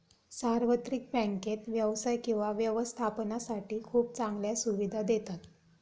सार्वत्रिक बँकेत व्यवसाय किंवा व्यवस्थापनासाठी खूप चांगल्या सुविधा देतात